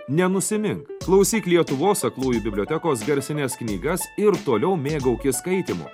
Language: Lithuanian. nenusimink klausyk lietuvos aklųjų bibliotekos garsines knygas ir toliau mėgaukis skaitymu